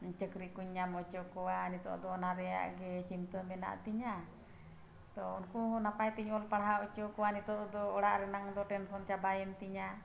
ᱪᱟᱹᱠᱨᱤ ᱠᱚᱧ ᱧᱟᱢ ᱦᱚᱪᱚ ᱠᱚᱣᱟ ᱱᱤᱛᱳᱜ ᱫᱚ ᱚᱱᱟ ᱨᱮᱱᱟᱜ ᱜᱮ ᱪᱤᱱᱛᱟᱹ ᱢᱮᱱᱟᱜ ᱛᱤᱧᱟᱹ ᱛᱚ ᱩᱱᱠᱩ ᱦᱚᱸ ᱱᱟᱯᱟᱭ ᱛᱤᱧ ᱚᱞ ᱯᱟᱲᱦᱟᱣ ᱦᱚᱪᱚ ᱠᱚᱣᱟ ᱱᱤᱛᱳᱜ ᱫᱚ ᱚᱲᱟᱜ ᱨᱮᱱᱟᱜ ᱫᱚ ᱴᱮᱱᱥᱚᱱ ᱪᱟᱵᱟᱭᱮᱱ ᱛᱤᱧᱟᱹ